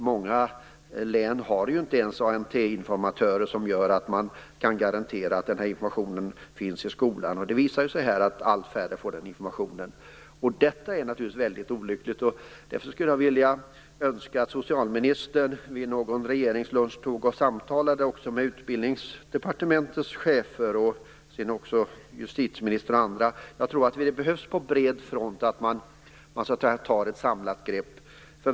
Många län har inte ens ANT informatörer som kan garantera att denna information finns i skolan. Det har visat sig att allt färre får den informationen. Detta är naturligtvis väldigt olyckligt. Jag skulle önska att socialministern vid någon regeringslunch samtalade med Utbildningsdepartementets chef, justitieministern och andra. Det behövs att man på bred front tar ett samlat grepp.